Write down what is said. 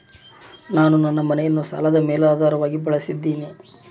ನಾನು ನನ್ನ ಮನೆಯನ್ನ ಸಾಲದ ಮೇಲಾಧಾರವಾಗಿ ಬಳಸಿದ್ದಿನಿ